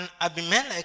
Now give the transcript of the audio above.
abimelech